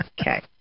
Okay